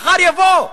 מחר יבוא.